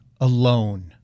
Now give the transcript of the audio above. alone